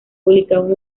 publican